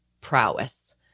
prowess